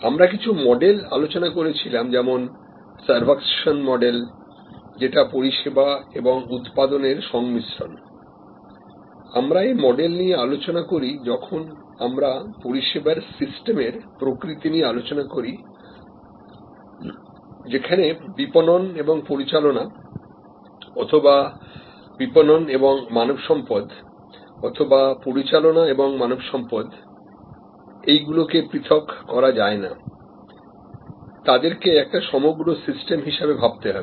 আমরা কিছু মডেল আলোচনা করেছিলাম যেমন সার্ভাকশন মডেল যেটা পরিষেবা এবং উৎপাদনের সংমিশ্রণ আমরা এই মডেল নিয়ে আলোচনা করি যখন আমরা পরিষেবার সিস্টেমের প্রকৃতি নিয়ে আলোচনা করি যেখানে বিপণন এবং পরিচালনা অথবা বিপণন এবং মানবসম্পদ অথবা পরিচালনা এবং মানব সম্পদ এইগুলো কে পৃথক করা যায় না তাদেরকে একটা সমগ্র সিস্টেম হিসাবে ভাবতে হবে